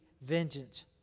vengeance